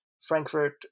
Frankfurt